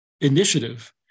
initiative